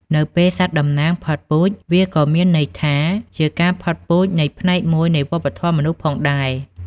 នៅពេលសត្វតំណាងផុតពូជ វាក៏មានន័យថាជាការផុតពូជនៃផ្នែកមួយនៃវប្បធម៌មនុស្សផងដែរ។